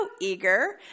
eager